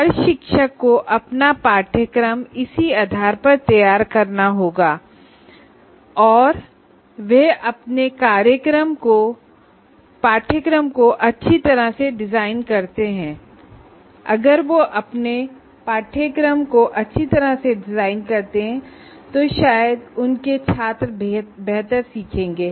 हर शिक्षक को अपना कोर्स इसी के आधार पर तैयार करना होगा और अगर वह अपने कोर्स को अच्छी तरह से डिजाइन करते हैं तो शायद उनके छात्र बेहतर सीखेंगे